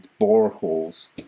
boreholes